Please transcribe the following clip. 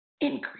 increase